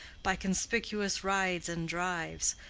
by conspicuous rides and drives,